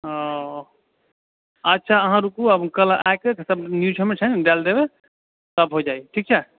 ओ अऽ अच्छा अहाँ रुकू आब हम कल आबि कऽ सब न्यूज सबमे डालि देबै सब होइ जाइत ठीक छै